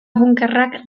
bunkerrak